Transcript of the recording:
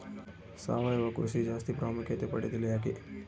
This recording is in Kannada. ಸಾವಯವ ಕೃಷಿ ಜಾಸ್ತಿ ಪ್ರಾಮುಖ್ಯತೆ ಪಡೆದಿಲ್ಲ ಯಾಕೆ?